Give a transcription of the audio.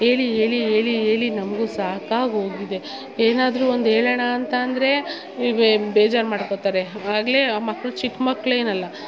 ಹೇಳಿ ಹೇಳಿ ಹೇಳಿ ಹೇಳಿ ನಮಗೂ ಸಾಕಾಗಿ ಹೋಗಿದೆ ಏನಾದರು ಒಂದು ಹೇಳಣಾ ಅಂತ ಅಂದರೇ ಬೇಜಾರು ಮಾಡ್ಕೊತಾರೆ ಆಗಲೇ ಮಕ್ಕಳು ಚಿಕ್ಕ ಮಕ್ಕಳೇನಲ್ಲ